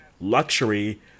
luxury